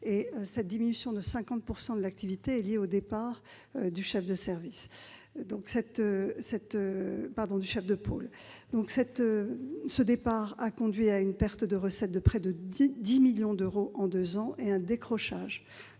Cette diminution de l'activité est liée au départ du chef de pôle, qui a conduit à une perte de recettes de près de 10 millions d'euros en deux ans et à un décrochage